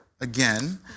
again